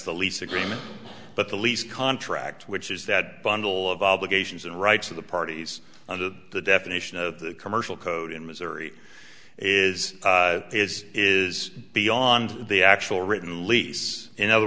the lease agreement but the lease contract which is that bundle of obligations and rights of the parties on the definition of the commercial code in missouri is is is beyond the actual written lease in other